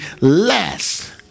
less